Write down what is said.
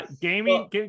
gaming